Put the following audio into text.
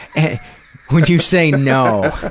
would you say know